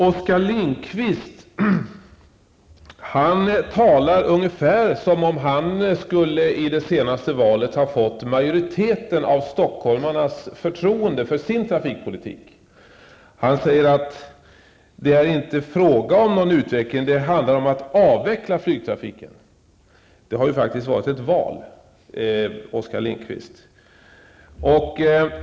Oskar Lindkvist talar ungefär som om han i det senaste valet skulle ha fått förtroende av majoriteten av stockholmarna för sin trafikpolitik. Han säger att det inte är fråga om någon utveckling. Det handlar om att avveckla flygtrafiken. Det har faktiskt varit ett val, Oskar Lindkvist.